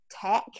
tech